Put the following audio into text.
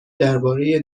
درباره